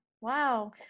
Wow